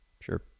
sure